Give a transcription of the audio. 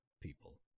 people